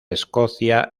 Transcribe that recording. escocia